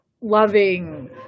loving